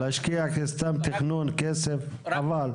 להשקיע בסתם תכנון כסף, חבל.